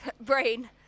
Brain